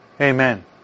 Amen